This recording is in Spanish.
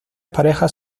parejas